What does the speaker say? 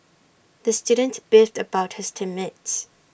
the student beefed about his team mates